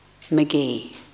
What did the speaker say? McGee